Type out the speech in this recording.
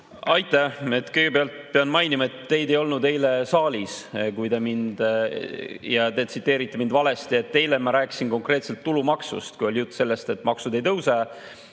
Aitäh! Kõigepealt pean mainima, et teid ei olnud eile saalis. Te tsiteerite mind valesti, eile ma rääkisin konkreetselt tulumaksust, kui oli jutt sellest, et maksud ei tõuse,